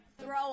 throw